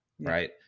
right